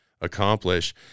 accomplish